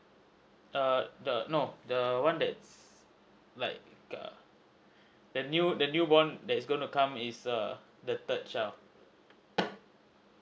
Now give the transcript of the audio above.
err the no the one that's like err the new the newborn that's gonna come is err the third child